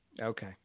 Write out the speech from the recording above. Okay